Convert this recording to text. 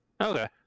Okay